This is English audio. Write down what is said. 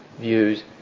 views